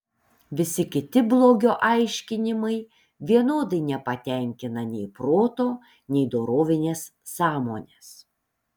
visi kiti blogio aiškinimai vienodai nepatenkina nei proto nei dorovinės sąmonės